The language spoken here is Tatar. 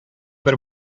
бер